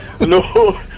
No